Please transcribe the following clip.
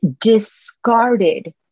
discarded